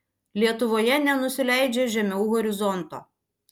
lietuvoje nenusileidžia žemiau horizonto